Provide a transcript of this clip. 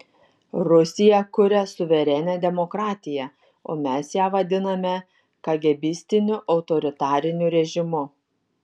rusija kuria suverenią demokratiją o mes ją vadiname kagėbistiniu autoritariniu režimu